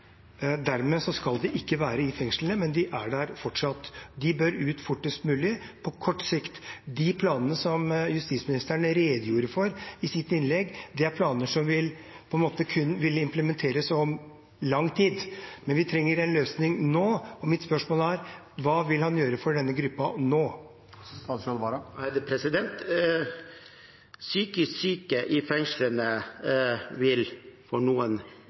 Dermed skal de ikke være i fengslene, men de er der fortsatt. De bør ut fortest mulig, på kort sikt. De planene som justisministeren redegjorde for i sitt innlegg, er planer som på en måte kun vil implementeres om lang tid, men vi trenger en løsning nå. Mitt spørsmål er: Hva vil han gjøre for denne gruppen nå? Noen psykisk syke i fengslene vil bli behandlet i fengslene. Noen